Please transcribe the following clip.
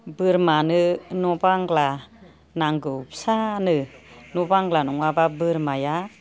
बोरमानो न' बांग्ला नांगौ फिसानो न' बांग्ला नङाबा बोरमाया